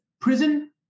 prison